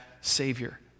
Savior